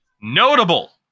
notable